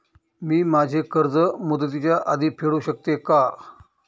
मी माझे कर्ज मुदतीच्या आधी फेडू शकते का?